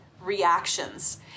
reactions